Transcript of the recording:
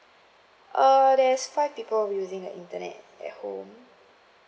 err there's five people using the internet at home